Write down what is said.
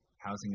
housing